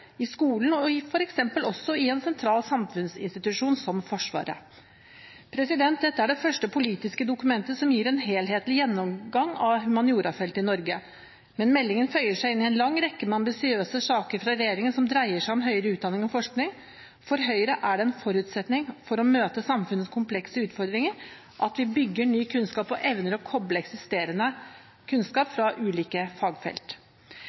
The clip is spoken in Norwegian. i skolen og f.eks. også i en sentral samfunnsinstitusjon som Forsvaret. Dette er det første politiske dokumentet som gir en helhetlig gjennomgang av humaniorafeltet i Norge. Men meldingen føyer seg inn i en lang rekke med ambisiøse saker fra regjeringen som dreier seg om høyere utdanning og forskning. For Høyre er det en forutsetning for å møte samfunnets komplekse utfordringer at vi bygger ny kunnskap og evner å koble eksisterende kunnskap fra ulike fagfelt.